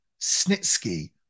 Snitsky